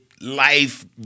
life